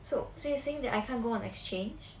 so so you saying that I can't go on exchange